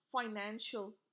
financial